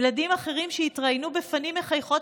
ילדים אחרים שהתראיינו בפנים מחייכות